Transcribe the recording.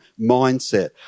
mindset